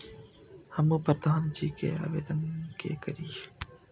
हमू प्रधान जी के आवेदन के करी?